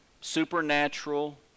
supernatural